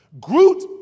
Groot